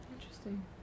Interesting